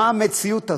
מה המציאות הזאת?